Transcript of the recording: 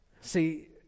See